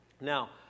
Now